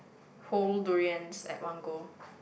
whole durians at one go